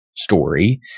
story